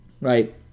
right